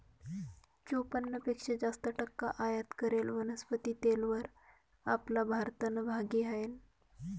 चोपन्न पेक्शा जास्त टक्का आयात करेल वनस्पती तेलवर आपला भारतनं भागी हायनं